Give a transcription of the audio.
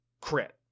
crit